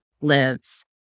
lives